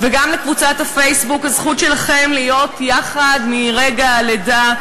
וגם לקבוצת הפייסבוק ”הזכות שלכם להיות יחד מרגע הלידה",